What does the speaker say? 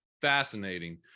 fascinating